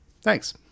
thanks